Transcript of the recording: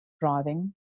driving